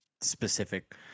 specific